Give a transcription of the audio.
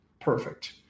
perfect